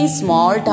small